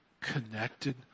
connected